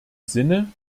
sinne